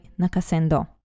Nakasendo